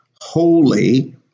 holy